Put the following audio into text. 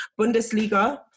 Bundesliga